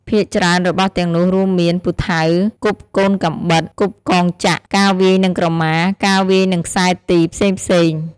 ភាគច្រើនរបស់ទាំងនោះរួមមាន ពូថៅ គប់កូនកាំបិត គប់កងចក្រ ការវាយនិងក្រម៉ា ការវាយនិងខ្សែរទី ផ្សេងៗ ។